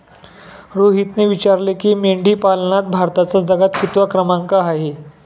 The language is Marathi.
रोहितने विचारले की, मेंढीपालनात भारताचा जगात कितवा क्रमांक आहे?